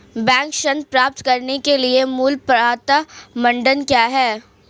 Bank ऋण प्राप्त करने के लिए मूल पात्रता मानदंड क्या हैं?